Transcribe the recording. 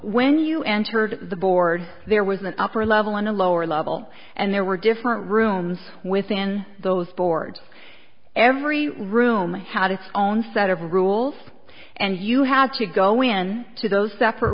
when you entered the board there was an upper level and a lower level and there were different rooms within those boards every room had its own set of rules and you have to go in to those separate